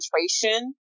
concentration